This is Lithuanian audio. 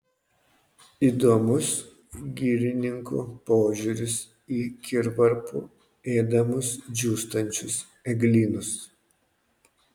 įdomus girininko požiūris į kirvarpų ėdamus džiūstančius eglynus